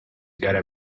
gotta